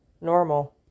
normal